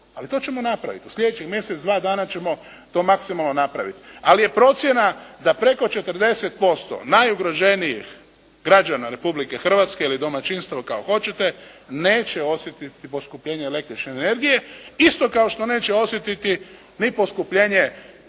Ali to ćemo napraviti. U sljedećih mjesec, dva dana ćemo to maksimalno napraviti. Ali je procjena da preko 40% najugroženijih građana Republike Hrvatske ili domaćinstava kako hoćete neće osjetiti poskupljenje električne energije isto kao što neće osjetiti ni poskupljenje ako se